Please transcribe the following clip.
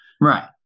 Right